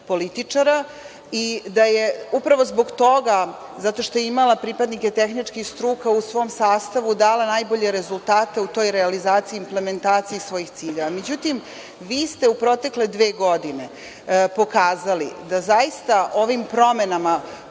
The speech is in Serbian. političara i da je upravo zbog toga, zato što je imala pripadnike tehničkih struka u svom sastavu, dala najbolje rezultate u toj realizaciji i implmentaciji svojih ciljeva.Međutim, vi ste u protekle dve godine pokazali da zaista ovim promenama,